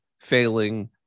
failing